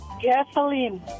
Gasoline